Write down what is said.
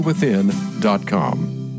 Within.com